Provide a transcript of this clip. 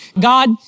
God